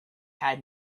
had